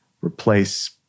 replace